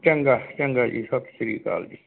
ਚੰਗਾ ਚੰਗਾ ਜੀ ਸਤਿ ਸ਼੍ਰੀ ਅਕਾਲ ਜੀ